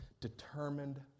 determined